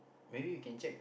maybe you can check